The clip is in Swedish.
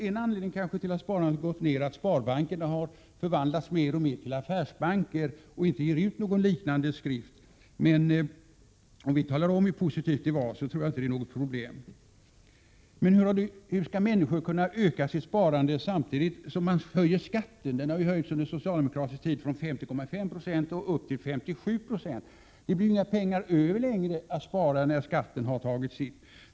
En anledning till att sparandet har gått ner är kanske att sparbankerna mer och mer har förvandlats till affärsbanker och inte ger ut någon liknande skrift. Men om vi talar om, hur positivt det var med den, så tror jag inte att det är något problem. Hur skall människor kunna öka sparandet samtidigt som man höjer skatten? Den har ju höjts under socialdemokratisk tid från 50,5 96 upp till 57 Jo. Det blir ju inga pengar över längre att spara när skatten har tagit sitt.